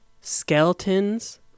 skeletons